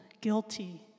guilty